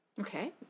Okay